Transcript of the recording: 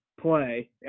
play